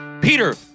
peter